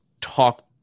talk